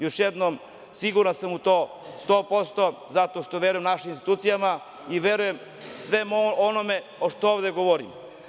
Još jednom siguran sam 100% u to zato što verujem našim institucijama i verujem svemu onome što ovde govorim.